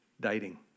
dating